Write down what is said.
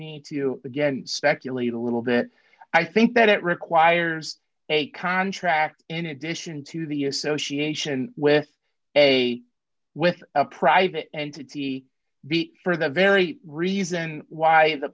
me to you again speculate a little bit i think that it requires a contract in addition to the association with a with a private entity b for the very reason why the